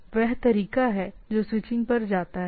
तो यह वह तरीका है जो स्विचिंग पर जाता है